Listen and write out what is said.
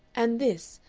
and this,